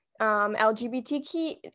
LGBTQ